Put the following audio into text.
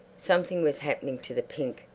something was happening to the pink,